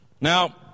Now